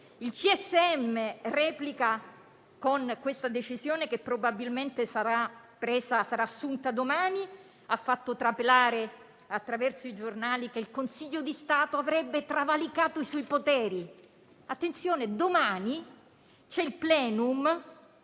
il CSM replica con questa decisione che probabilmente sarà assunta domani e ha fatto trapelare, attraverso i giornali, che il Consiglio di Stato avrebbe travalicato i suoi poteri. Attenzione: domani c'è il *plenum*